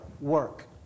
work